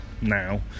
now